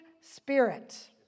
spirit